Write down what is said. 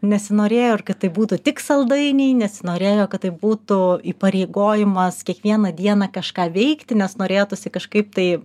nesinorėjo ir kad tai būtų tik saldainiai nesinorėjo kad tai būtų įpareigojimas kiekvieną dieną kažką veikti nes norėtųsi kažkaip tai